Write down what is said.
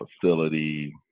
facility